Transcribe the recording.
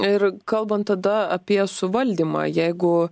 ir kalbant tada apie suvaldymą jeigu